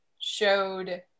showed